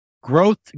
growth